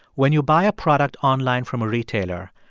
when you buy a product online from a retailer,